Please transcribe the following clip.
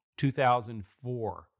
2004